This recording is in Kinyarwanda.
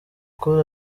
cool